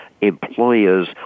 employers